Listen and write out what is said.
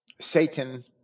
Satan